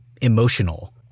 emotional